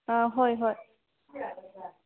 ꯑꯥ ꯍꯣꯏ ꯍꯣꯏ